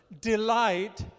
delight